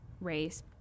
race